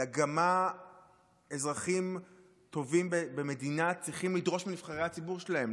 אלא גם מה אזרחים טובים במדינה צריכים לדרוש מנבחרי הציבור שלהם,